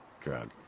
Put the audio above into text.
drug